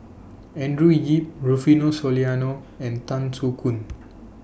Andrew Yip Rufino Soliano and Tan Soo Khoon